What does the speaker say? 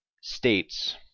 states